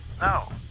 No